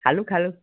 খালোঁ খালোঁ